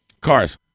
Cars